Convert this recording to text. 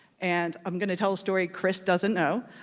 and i'm gonna tell a story chris doesn't know.